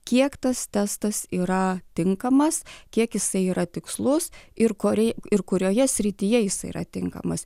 kiek tas testas yra tinkamas kiek jisai yra tikslus ir koriai ir kurioje srityje jis yra tinkamas